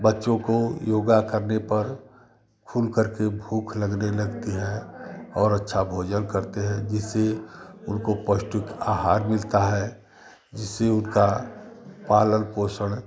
बच्चों को योगा करने पर खुल करके भूख लगने लगती है और अच्छा भोजन करते हैं जिससे उनको पौष्टिक आहार मिलता है जिससे उनका पालन पोषण